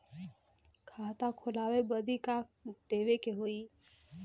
खाता खोलावे बदी का का देवे के होइ?